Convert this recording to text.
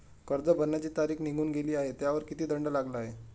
कर्ज भरण्याची तारीख निघून गेली आहे त्यावर किती दंड लागला आहे?